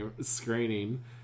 screening